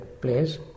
place